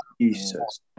jesus